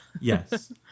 Yes